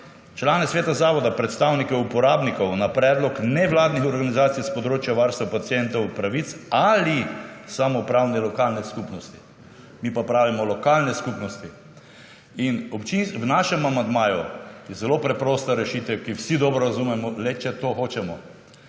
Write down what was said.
»člane sveta zavoda predstavnike uporabnikov na predlog nevladnih organizacij s področja varstva pacientovih pravic ali samoupravne lokalne skupnosti«. Mi pa pravimo »lokalne skupnosti«. V našem amandmaju je zelo preprosta rešitev, ki jo vsi dobro razumemo, le če to hočemo.